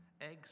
eggs